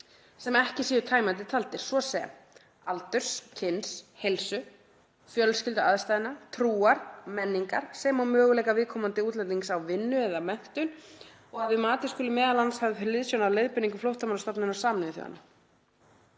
sem ekki séu tæmandi taldir, svo sem aldurs, kyns, heilsu, fjölskylduaðstæðna, trúar, menningar sem og möguleika viðkomandi útlendings á vinnu eða menntun og að við matið skuli m.a. höfð hliðsjón af leiðbeiningum Flóttamannastofnunar Sameinuðu þjóðanna.